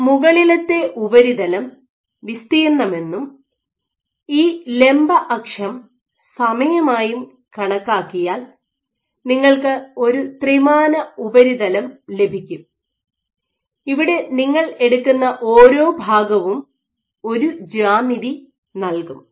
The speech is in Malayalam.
ഈ മുകളിലത്തെ ഉപരിതലം വിസ്തീർണ്ണമെന്നും ഈ ലംബ അക്ഷം സമയമായും കണക്കാക്കിയാൽ നിങ്ങൾക്ക് ഒരു ത്രിമാന ഉപരിതലം ലഭിക്കും ഇവിടെ നിങ്ങൾ എടുക്കുന്ന ഓരോ ഭാഗവും ഒരു ജ്യാമിതി നൽകും